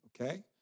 okay